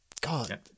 God